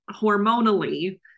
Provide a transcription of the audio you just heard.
hormonally